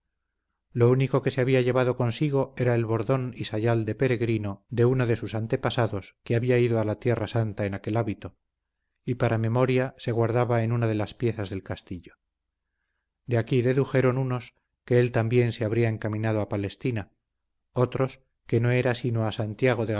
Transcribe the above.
lo único que se había llevado consigo era el bordón y sayal de peregrino de uno de sus antepasados que había ido a la tierra santa en aquel hábito y para memoria se guardaba en una de las piezas del castillo de aquí dedujeron unos que él también se habría encaminado a palestina otros que no era allí sino a santiago